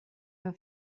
her